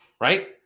right